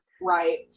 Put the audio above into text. Right